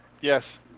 Yes